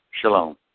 Shalom